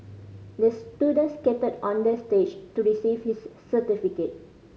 the student skated on the stage to receive his certificate